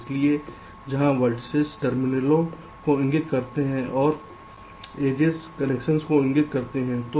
इसलिए जहां वेर्तिसेस टर्मिनलों को इंगित करते हैं और एड्जेस कनेक्शन को इंगित करते हैं